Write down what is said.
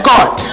God